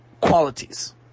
qualities